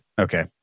Okay